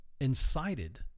incited